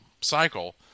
cycle